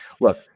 Look